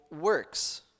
works